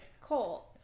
Cole